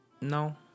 No